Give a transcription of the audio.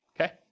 okay